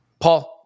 Paul